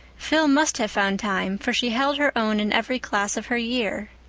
phil must have found time for she held her own in every class of her year.